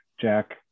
Jack